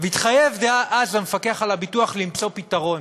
והתחייב אז המפקח על הביטוח למצוא פתרון,